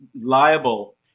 liable